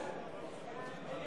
חוק